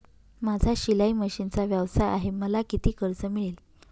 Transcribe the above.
माझा शिलाई मशिनचा व्यवसाय आहे मला किती कर्ज मिळेल?